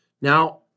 Now